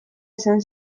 esan